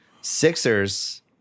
Sixers